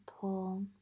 pull